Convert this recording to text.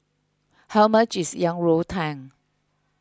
how much is Yang Rou Tang